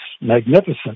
magnificent